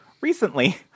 recently